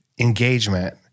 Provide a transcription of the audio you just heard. Engagement